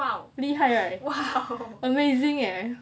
厉害 right amazing eh